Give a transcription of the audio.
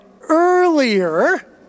earlier